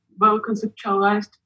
well-conceptualized